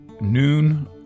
Noon